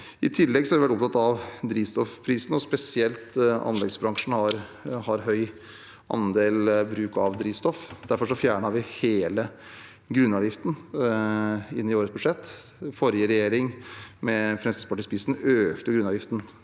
I tillegg har vi vært opptatt av drivstoffprisen, og spesielt anleggsbransjen har en høy andel bruk av drivstoff. Derfor fjernet vi hele grunnavgiften i årets budsjett. Forrige regjering med Fremskrittspartiet i spissen økte grunnavgiften